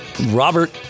Robert